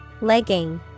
Legging